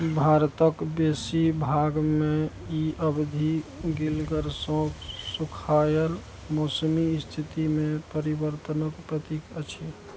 भारतक बेसी भागमे ई अवधि गिलगरसँ सुखायल मौसमी स्थितिमे परिवर्त्तनक प्रतीक अछि